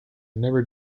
never